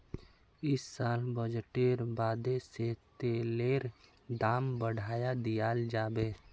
इस साल बजटेर बादे से तेलेर दाम बढ़ाय दियाल जाबे